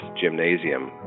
gymnasium